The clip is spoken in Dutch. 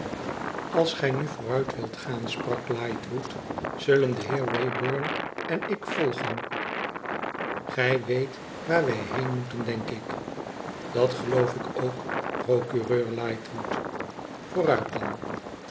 tals gij nu vooruit wilt gaan sprak lightwood zullen de heer wraybum en ik volgen gij weet waar wij heen moeten denk ik dat geloof ik ook procureur lightwood vooruit dan